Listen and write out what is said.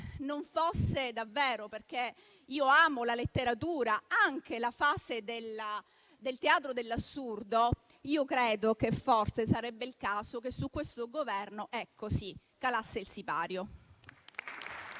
non fosse davvero - perché io amo la letteratura - anche la fase del teatro dell'assurdo, credo che forse sarebbe il caso che su questo Governo calasse il sipario.